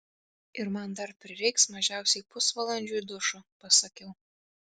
ir man dar prireiks mažiausiai pusvalandžiui dušo pasakiau